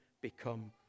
become